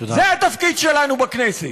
זה התפקיד שלנו בכנסת.